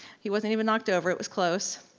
he wasn't even knocked over, it was close.